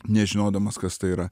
nežinodamas kas tai yra